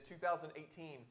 2018